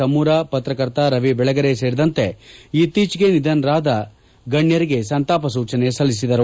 ಆಮೂರ ಪತ್ರಕರ್ತ ರವಿ ಬೆಳೆಗರೆ ಸೇರಿದಂತೆ ಇತ್ತೀಚೆಗೆ ನಿಧನರಾದ ಗಣ್ಯರಿಗೆ ಸಂತಾಪ ಸೂಚನೆ ಸಲ್ಲಿಸಿದರು